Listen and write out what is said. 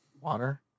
water